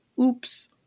oops